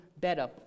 better